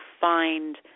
find